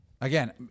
again